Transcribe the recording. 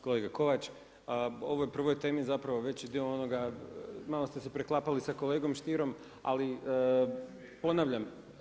Kolega Kovač, o ovoj prvoj temi zapravo veći dio onoga malo ste se preklapali sa kolegom Stierom, ali ponavljam.